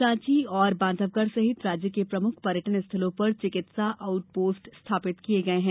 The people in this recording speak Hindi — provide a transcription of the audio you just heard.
सांची और बांधवगढ़ सहित राज्य के प्रमुख पर्यटन स्थलों पर चिकित्सा आउट पोस्ट स्थापित किए गए हैं